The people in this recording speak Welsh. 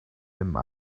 gyflym